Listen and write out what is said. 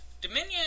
Dominion